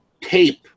tape